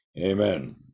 Amen